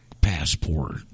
passport